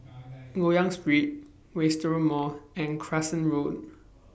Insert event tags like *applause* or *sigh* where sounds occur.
*noise* Loyang Street Wisteria Mall and Crescent Road